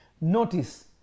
Notice